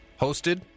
Hosted